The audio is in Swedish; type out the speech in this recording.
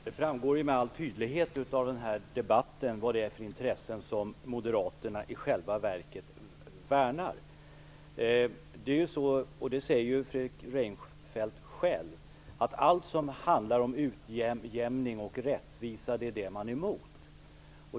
Fru talman! Det framgår med all tydlighet av den här debatten vilka intressen det är som Moderaterna i själva verket värnar. Allt som handlar om utjämning och rättvisa är man emot. Det säger Fredrik Reinfeldt själv.